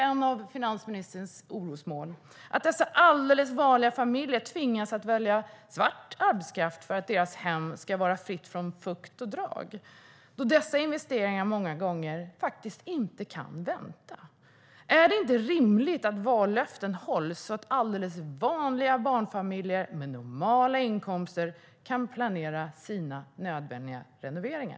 Dessa alldeles vanliga familjer tvingas nu att välja svart arbetskraft för att deras hem ska vara fritt från fukt och drag, då dessa investeringar många gånger faktiskt inte kan vänta. Är det inte rimligt att vallöften hålls så att alldeles vanliga barnfamiljer med normala inkomster kan planera sina nödvändiga renoveringar?